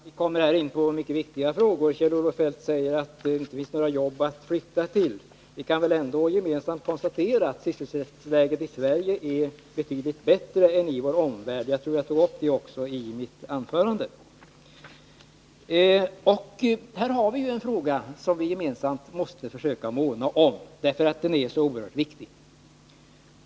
Herr talman! Vi kommer här in på mycket viktiga frågor. Kjell-Olof Feldt frågar om det finns några jobb att flytta till. Vi kan väl ändå gemensamt konstatera att sysselsättningsläget i Sverige är betydligt bättre än i vår omvärld. Jag tror att jag tog upp det i mitt anförande. Här har vi en fråga som vi gemensamt måste försöka måna om, eftersom den är så oerhört viktig.